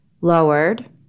lowered